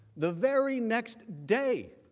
the very next day,